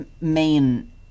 main